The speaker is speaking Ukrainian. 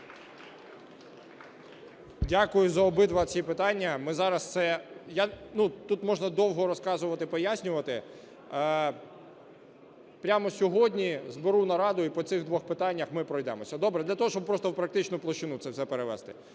Дякую за обидва ці питання. Ми зараз це… Тут можна довго розказувати, пояснювати. Прямо сьогодні зберу нараду, і по цих двох питаннях ми пройдемося. Добре? Для того, щоб просто в практичну площину це все перевести.